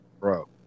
Bro